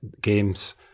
games